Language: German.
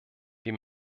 die